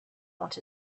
want